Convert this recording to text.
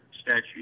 statute